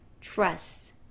trusts